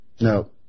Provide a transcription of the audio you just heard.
No